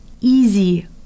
easy